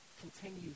continue